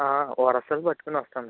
ORSL పట్టుకొని వస్తాను